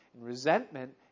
Resentment